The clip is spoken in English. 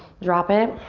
drop it.